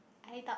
I doubt